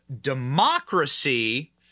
democracy